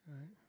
right